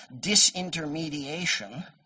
disintermediation